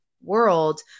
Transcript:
world